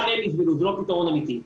זה לא פתרון אמיתי.